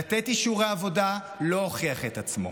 לתת אישורי עבודה לא הוכיח את עצמו,